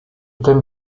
thème